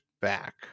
back